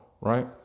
right